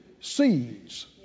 seeds